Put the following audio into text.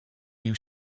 you